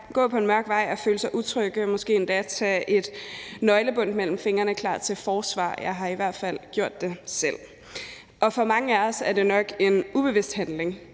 at gå på en mørk vej og føle sig utrygge, måske endda har taget et nøglebundt mellem fingrene for at være klar til forsvar. Jeg har i hvert fald gjort det selv. Og for mange af os er det jo nok en ubevidst handling.